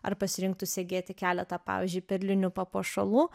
ar pasirinktų segėti keletą pavyzdžiui perlinių papuošalų